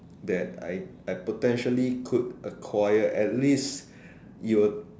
that I I potentially could acquire at least you will